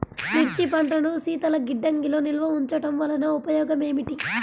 మిర్చి పంటను శీతల గిడ్డంగిలో నిల్వ ఉంచటం వలన ఉపయోగం ఏమిటి?